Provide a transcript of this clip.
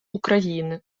україни